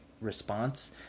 response